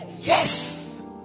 Yes